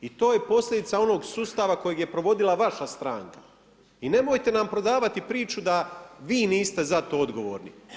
I to je posljedica onog sustava kojeg je provodila vaša stranka i nemojte nam prodavati priču da vi niste za to odgovorni.